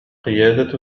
قيادة